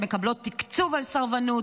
שמקבלות תקציב על סרבנות,